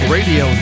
Radio